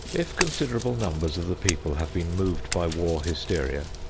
if considerable numbers of the people have been moved by war hysteria,